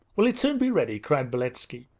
will it soon be ready cried beletski.